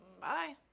Bye